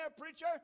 preacher